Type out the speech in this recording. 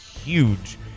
huge